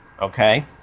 okay